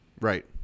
Right